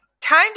Time